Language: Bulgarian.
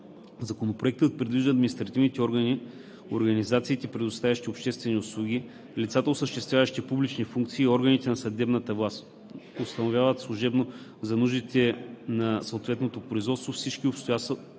Законопроектът предвижда административните органи, организациите, предоставящи обществени услуги, лицата, осъществяващи публични функции, и органите на съдебна власт установяват служебно за нуждите на съответното производство всички обстоятелства,